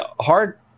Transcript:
hard